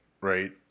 right